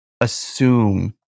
assume